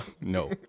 No